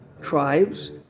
tribes